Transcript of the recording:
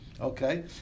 Okay